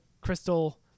crystal